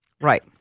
right